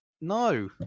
no